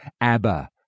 Abba